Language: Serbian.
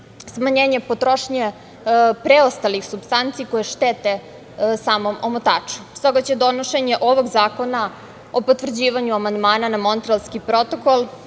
smanjenje potrošnje preostalih supstanci koje štete samom omotaču. Stoga će donošenje ovog zakona o potvrđivanju amandmana na Montrealski protokol